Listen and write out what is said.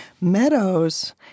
Meadows—